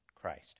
Christ